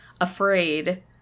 afraid